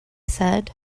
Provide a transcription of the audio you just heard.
said